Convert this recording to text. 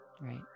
Right